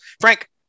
Frank